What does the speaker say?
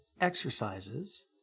exercises